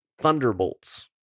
Thunderbolts